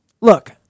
Look